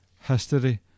history